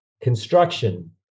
construction